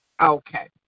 Okay